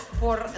por